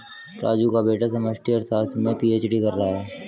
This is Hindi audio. राजू का बेटा समष्टि अर्थशास्त्र में पी.एच.डी कर रहा है